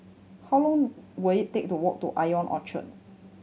how long will it take to walk to Ion Orchard